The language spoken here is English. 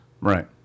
Right